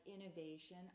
innovation